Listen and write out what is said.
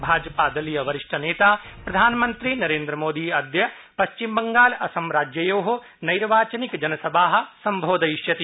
भाजपा दलीय वरिष्ठनेता प्रधानमन्त्री नरेन्द्रमोदी अद्य पश्चिम बंगाल असम राज्ययो नैर्वाचनिक जनसभा सम्बोधयिष्यति